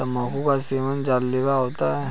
तंबाकू का सेवन जानलेवा होता है